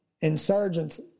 insurgents